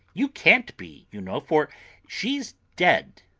you can't be, you know, for she's dead.